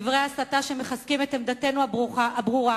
דברי הסתה שמחזקים את עמדתנו הברורה